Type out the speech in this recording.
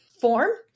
form